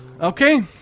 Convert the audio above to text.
okay